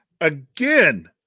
again